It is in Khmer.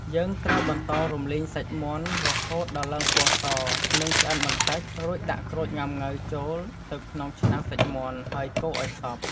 យើងត្រូវបន្តរំលីងសាច់មាន់រហូតដល់ឡើងពណ៌ស និងឆ្អិនបន្តិច រួចដាក់ក្រូចងាំង៉ូវចូលទៅក្នុងឆ្នាំងសាច់មាន់ ហើយកូរឲ្យសព្វ។